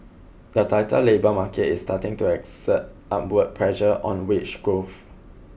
the tighter labour market is starting to exert upward pressure on wage growth